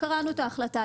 קראנו את ההחלטה,